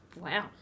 Wow